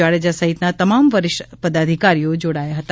જાડેજા સહિતના તમામ વરિષ્ઠ પદાધિકારીઓ જોડાયા હતા